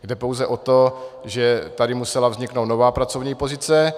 Jde pouze o to, že tady musela vzniknout nová pracovní pozice.